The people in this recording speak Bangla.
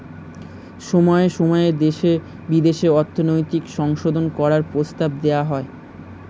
সময়ে সময়ে দেশে বিদেশে অর্থনৈতিক সংশোধন করার প্রস্তাব দেওয়া হয়